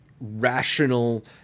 rational